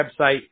website